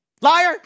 Liar